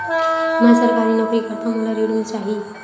मै सरकारी नौकरी करथव मोला ऋण मिल जाही?